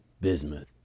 bismuth